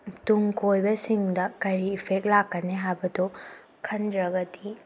ꯇꯨꯡ ꯀꯣꯏꯕꯁꯤꯡꯗ ꯀꯔꯤ ꯏꯐꯦꯛ ꯂꯥꯛꯀꯅꯤ ꯍꯥꯏꯕꯗꯣ ꯈꯟꯗ꯭ꯔꯒꯗꯤ